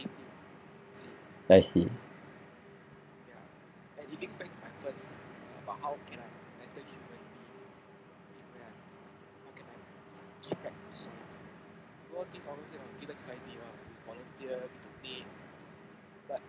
I see